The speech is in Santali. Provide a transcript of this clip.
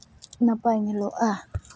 ᱱᱟᱯᱟᱭ ᱧᱮᱞᱚᱜᱼᱟ